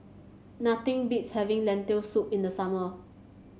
nothing beats having Lentil Soup in the summer